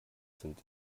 sind